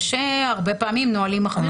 יש הרבה פעמים נהלים אחרים,